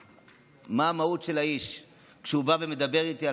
מה המהות של האיש כשהוא בא ומדבר איתי על